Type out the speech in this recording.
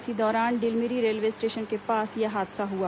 इसी दौरान डिलमिरी रेलवे स्टेशन के पास यह हादसा हुआ